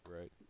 right